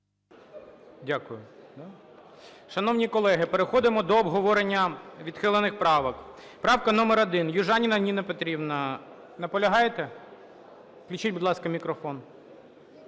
Дякую. Шановні колеги, переходимо до обговорення відхилених правок. Правка номер 1, Южаніна Ніна Петрівна. Наполягаєте? Включіть, будь ласка, мікрофон.